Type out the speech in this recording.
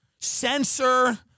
censor